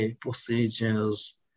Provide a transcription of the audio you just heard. procedures